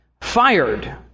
fired